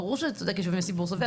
ברור שאת צודקת והציבור סובל,